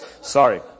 sorry